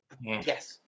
Yes